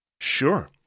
Sure